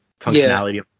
functionality